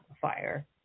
fire